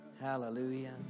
hallelujah